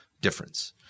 difference